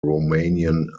romanian